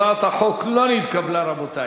הצעת החוק לא נתקבלה, רבותי.